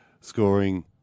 scoring